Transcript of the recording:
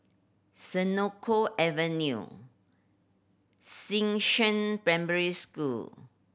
Senoko Avenue Xishan Primary School